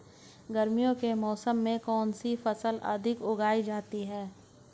गर्मियों के मौसम में कौन सी फसल अधिक उगाई जाती है?